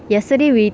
yesterday we